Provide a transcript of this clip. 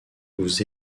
vous